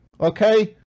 okay